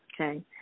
Okay